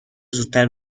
زودتر